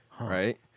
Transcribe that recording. right